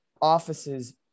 office's